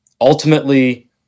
ultimately